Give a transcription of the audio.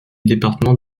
département